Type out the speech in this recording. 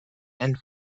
and